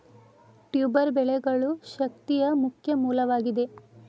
tuber ಬೆಳೆಗಳು ಶಕ್ತಿಯ ಮುಖ್ಯ ಮೂಲವಾಗಿದೆ